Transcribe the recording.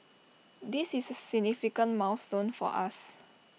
this is A significant milestone for us